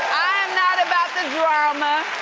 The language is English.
i'm not about the drama.